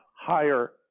higher